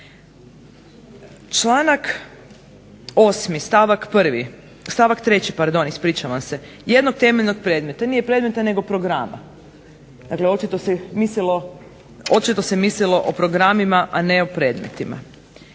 stavak 1., stavak 3. pardon, ispričavam se, jednog temeljnog predmeta, nije predmeta nego programa. Dakle, očito se mislilo o programima, a ne o predmetima.